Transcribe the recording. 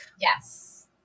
Yes